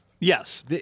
Yes